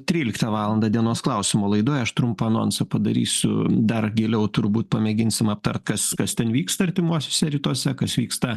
tryliktą valandą dienos klausimo laidoj aš trumpą anonsą padarysiu dar giliau turbūt pamėginsim aptart kas kas ten vyksta artimuosiuose rytuose kas vyksta